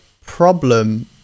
problem